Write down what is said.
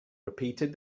repeated